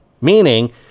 Meaning